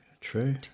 True